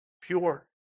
pure